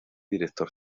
director